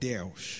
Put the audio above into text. Deus